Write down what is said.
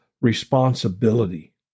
responsibility